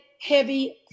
heavy